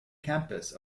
campus